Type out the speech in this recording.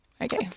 Okay